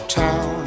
town